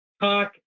talk